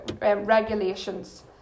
regulations